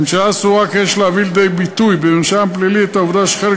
הממשלה סבורה כי יש להביא לידי ביטוי במרשם הפלילי את העובדה שחלק